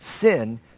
Sin